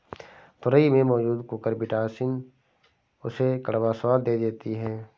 तोरई में मौजूद कुकुरबिटॉसिन उसे कड़वा स्वाद दे देती है